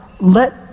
let